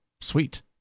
sweet